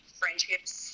friendships